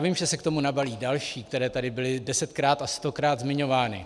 Vím, že se k tomu nabalí další, které tady byly desetkrát a stokrát zmiňovány.